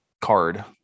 card